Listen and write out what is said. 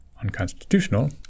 unconstitutional